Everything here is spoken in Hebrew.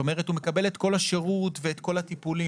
זאת אומרת הוא מקבל את כל השירות ואת כל הטיפולים,